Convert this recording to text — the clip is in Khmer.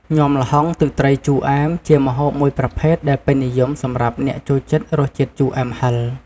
ញំាល្ហុងទឹកត្រីជូរអែម ជាម្ហូបមួយប្រភេទដែលពេញនិយមសម្រាប់អ្នកចូលចិត្តរសជាតិជូរអែមហឹរ។